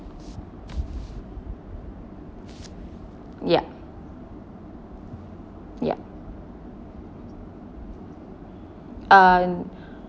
ya ya uh